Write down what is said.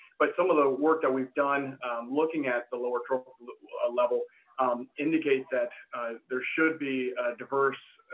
but some of the work that we've done looking at the lower tropical ah level um indicates that there should be a diverse